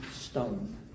stone